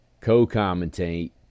co-commentate